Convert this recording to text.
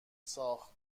ساخت